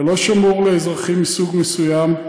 זה לא שמור לאזרחים מסוג מסוים.